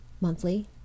monthly